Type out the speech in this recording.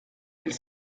elle